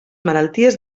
malalties